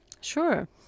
Sure